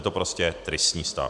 Je to prostě tristní stav.